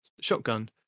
shotgun